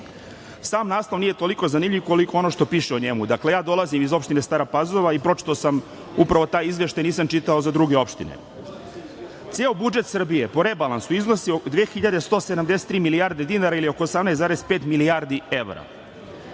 sam naslov nije toliko zanimljiv koliko ono što piše o njemu. Ja dolazim iz opštine Stara Pazova i pročitao sam upravo taj izveštaj nisam čitao za druge opštine. Ceo budžet Srbije po rebalansu iznosi 2.173 milijarde dinara ili oko 18,5 milijardi evra,